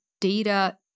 data